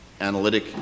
analytic